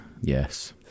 yes